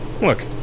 Look